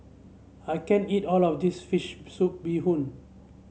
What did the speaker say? I can't eat all of this fish soup Bee Hoon